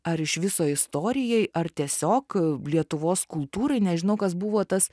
ar iš viso istorijai ar tiesiog lietuvos kultūrai nežinau kas buvo tas